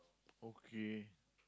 okay